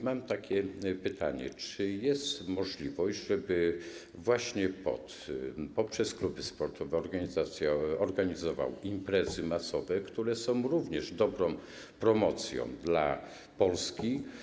Mam takie pytanie: Czy jest możliwość, żeby właśnie POT poprzez kluby sportowe organizował imprezy masowe, które są również dobrą promocją Polski?